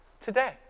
today